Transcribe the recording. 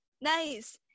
Nice